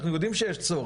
אנחנו יודעים שיש צורך.